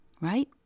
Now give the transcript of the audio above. right